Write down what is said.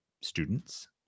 students